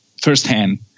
firsthand